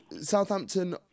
Southampton